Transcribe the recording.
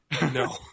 No